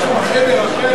יש שם חדר אחר,